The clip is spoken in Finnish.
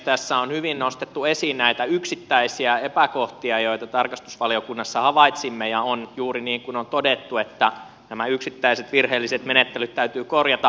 tässä on hyvin nostettu esiin näitä yksittäisiä epäkohtia joita tarkastusvaliokunnassa havaitsimme ja on juuri niin kuin on todettu että nämä yksittäiset virheelliset menettelyt täytyy korjata